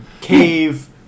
cave